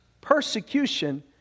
persecution